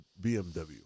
BMW